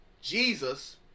Jesus